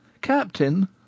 Captain